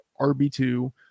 RB2